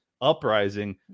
uprising